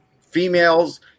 females